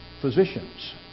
physicians